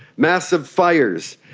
massive fires,